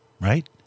Right